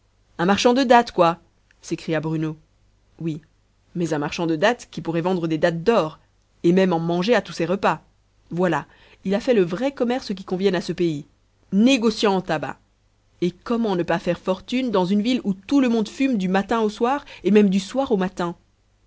un marchand de dattes quoi s'écria bruno oui mais un marchand de dattes qui pourrait vendre des dattes d'or et même en manger à tous ses repas voilà il a fait le vrai commerce qui convienne à ce pays négociant en tabac et comment ne pas faire fortune dans une ville où tout le monde fume du matin au soir et même du soir au matin